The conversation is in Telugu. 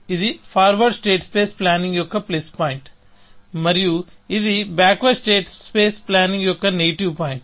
ఇది ఫార్వర్డ్ స్టేట్ స్పేస్ ప్లానింగ్ యొక్క ప్లస్ పాయింట్ మరియు ఇది బ్యాక్వర్డ్ స్టేట్ స్పేస్ ప్లానింగ్ యొక్క నెగిటివ్ పాయింట్